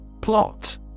Plot